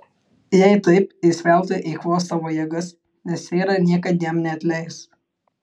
jei taip jis veltui eikvos savo jėgas nes seira niekad jam neatleis